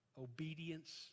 obedience